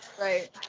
Right